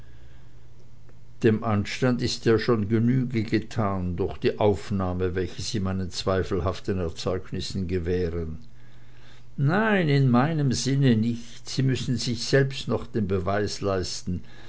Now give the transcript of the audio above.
dem anstand ist ja schon genüge getan durch die aufnahme welche sie meinen zweifelhaften erzeugnissen gewähren nein in meinem sinne nicht sie müssen sich selbst noch den beweis leisten